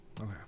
Okay